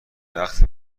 وقتی